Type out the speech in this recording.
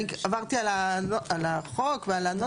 אני עברתי על החוק ועל הנוסח.